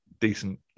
decent